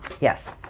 yes